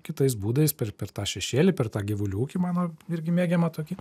kitais būdais per per tą šešėlį per tą gyvulių ūkį mano irgi mėgiamą tokį